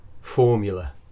formula